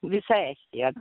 visa estija